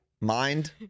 Mind